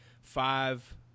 Five